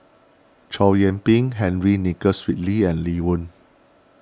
Chow Yian Ping Henry Nicholas Ridley and Lee Wen